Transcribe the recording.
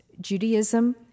Judaism